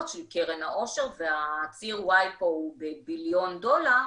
של קרן העושר וציר ה-Y הוא ביליון דולר,